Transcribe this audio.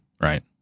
right